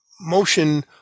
motion